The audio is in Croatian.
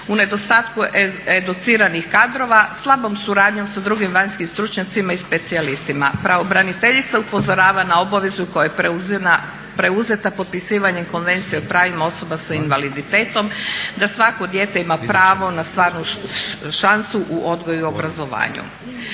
u nedostatku educiranih kadrova, slabom suradnjom sa drugim vanjskim stručnjacima i specijalistima. Pravobraniteljica upozorava na obavezu koja je preuzeta potpisivanjem Konvencije o pravima osobe s invaliditetom da svako dijete ima pravo na stvarnu šansu u odgoju i obrazovanju.